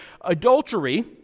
adultery